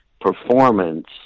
performance